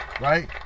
right